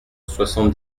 soixante